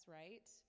right